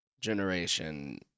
generation